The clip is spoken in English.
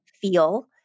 feel